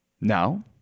now